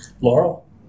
Laurel